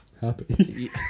Happy